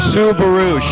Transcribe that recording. Subaru